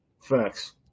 Facts